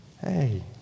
hey